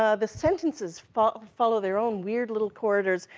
ah the sentences follow follow their own weird little corridors,